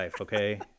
Okay